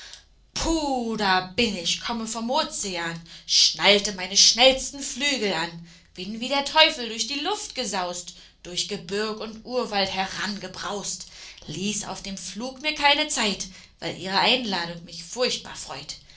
puh da bin ich komme vom ozean schnallte meine schnellsten flügel an bin wie der teufel durch die luft gesaust durch gebirg und urwald herangebraust ließ auf dem flug mir keine zeit weil ihre einladung mich furchtbar freut